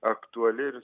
aktuali ir